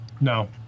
no